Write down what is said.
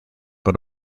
but